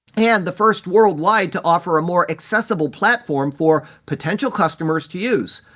and the first worldwide to offer a more accessible platform for potential customers to use.